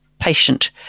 patient